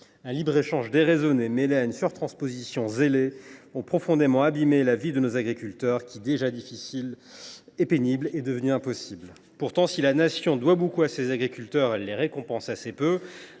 Un libre échange déraisonné, conjugué à une surtransposition zélée, a profondément abîmé la vie de nos agriculteurs, qui, déjà difficile et pénible, est devenue impossible. Si la Nation doit beaucoup à ses agriculteurs, elle les récompense assez peu.